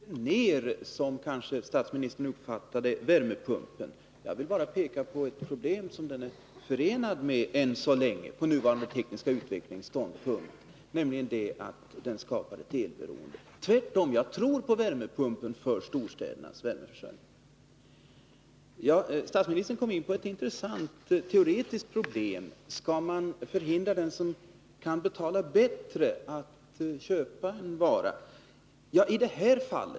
Fru talman! Jag nedvärderade verkligen inte värmepumpen, som statsministern kanske uppfattade det. Jag vill bara peka på ett problem som den är förenad med på nuvarande tekniska utvecklingsnivå, nämligen att den skapar ett elberoende. Men jag tror på värmepumpen när det gäller storstädernas värmeförsörjning. Statsministern kom in på ett intressant teoretiskt problem: Skall man hindra den som kan betala bättre från att köpa en vara?